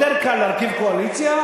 יותר קל להרכיב קואליציה,